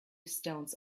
stones